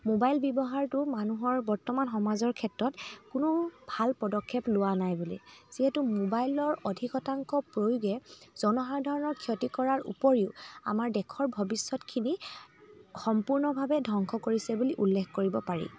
mobile ব্যৱহাৰটো মানুহৰ বৰ্তমান সমাজৰ ক্ষেত্ৰত কোনো ভাল পদক্ষেপ লোৱা নাই বুলি যিহেতো মোবাইলৰ অধিক শতাংশ প্ৰয়োগে জনসাধাৰণৰ ক্ষতি কৰাৰ উপৰিও আমাৰ দেশৰ ভৱিষ্যতখিনি সম্পূৰ্ণভাৱে ধ্ৱংশ কৰিছে বুলি উল্লেখ কৰিব পাৰি